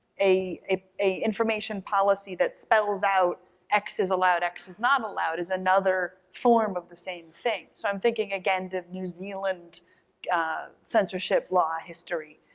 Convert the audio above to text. a a information policy that spells out x is allowed, x is not allowed is another form of the same thing. so i'm thinking, again, the new zealand censorship law history,